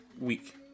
week